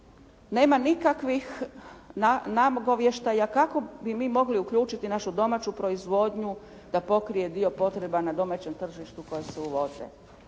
Nema nikakvih nagovještaja kako bi mi mogli uključiti našu domaću proizvodnju da pokrije dio potreba na domaćem tržištu koje se uvoze.